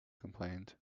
complained